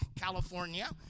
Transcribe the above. California